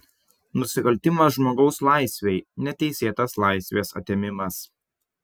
nusikaltimas žmogaus laisvei neteisėtas laisvės atėmimas